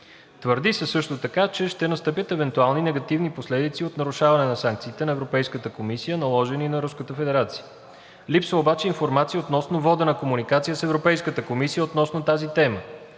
Твърди се също така, че ще настъпят евентуални негативни последици от нарушаване на санкциите на Европейската комисия, наложени на Руската федерация. Липсва обаче информация относно водена комуникация с Европейската комисия по тази тема,